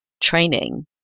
training